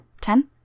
Ten